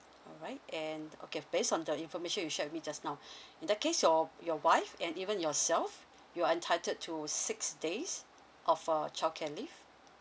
alright and okay based on the information you shared with me just now in that case your your wife and even yourself you're entitled to six days of uh childcare leave